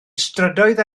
strydoedd